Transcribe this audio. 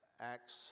acts